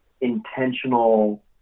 intentional